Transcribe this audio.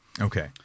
Okay